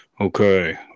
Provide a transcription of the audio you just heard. Okay